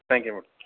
thank you madam